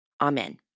Amen